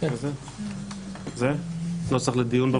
האמת שלהם היא חשובה